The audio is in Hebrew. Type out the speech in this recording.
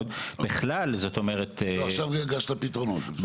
עכשיו גש לפתרונות.